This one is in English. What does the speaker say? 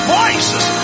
voices